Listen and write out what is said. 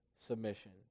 submission